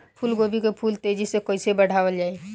फूल गोभी के फूल तेजी से कइसे बढ़ावल जाई?